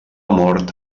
mort